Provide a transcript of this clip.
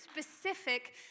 specific